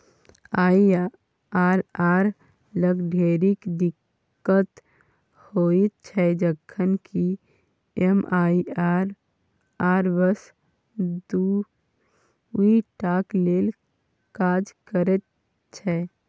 IRR लग ढेरिक दिक्कत होइत छै जखन कि एम.आई.आर.आर बस दुइ टाक लेल काज करैत छै